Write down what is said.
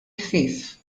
ħfief